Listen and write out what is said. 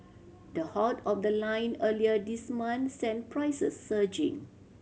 the halt of the line earlier this month sent prices surging